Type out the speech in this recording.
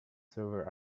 server